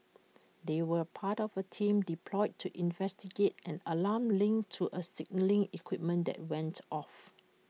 they were part of A team deployed to investigate an alarm linked to A signalling equipment that went off